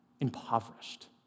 Impoverished